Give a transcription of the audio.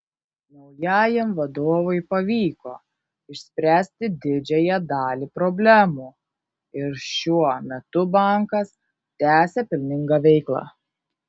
naujajam vadovui pavyko išspręsti didžiąją dalį problemų ir šiuo metu bankas tęsią pelningą veiklą